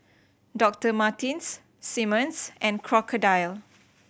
Doctor Martens Simmons and Crocodile